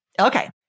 Okay